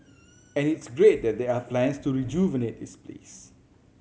and it's great that there are plans to rejuvenate this place